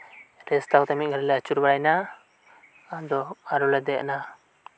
ᱡᱤᱨᱟᱹᱣ ᱦᱟᱛᱟᱣ ᱠᱟᱛᱮᱫ ᱢᱤᱫ ᱜᱷᱟᱹᱲᱤᱞᱮ ᱟᱹᱪᱩᱨ ᱵᱟᱲᱟᱭᱮᱱᱟ ᱟᱫᱚ ᱟᱨᱦᱚᱸᱞᱮ ᱫᱮᱡ ᱮᱱᱟ